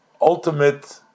ultimate